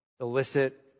illicit